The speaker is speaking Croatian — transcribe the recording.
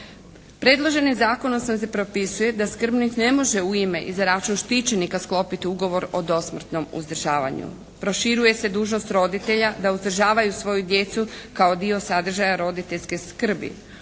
Predloženim zakonom se propisuje da skrbnik ne može u ime i za račun štićenika sklopiti ugovor o dosmrtnom uzdržavanju. Proširuje se dužnost roditelja da uzdržavaju svoju djecu kao dio sadržaja roditeljske skrbi.